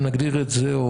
אם נגדיר את זה,